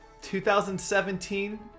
2017